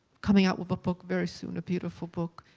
coming out with a book very soon, a beautiful book,